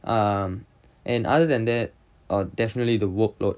um and other than that are definitely the workload